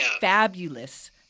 fabulous